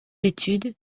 études